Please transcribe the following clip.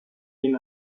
ihn